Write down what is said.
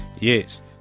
yes